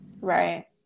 right